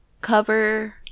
cover